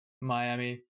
Miami